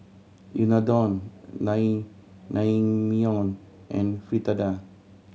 Unadon Naengmyeon and Fritada